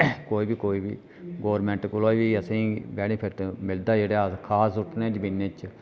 कोई बी कोई बी गौरमैंट कोला बी असेंगी बैनीफेट मिलदा जेह्ड़ा अस खाद सु'ट्टने आं जमीनें च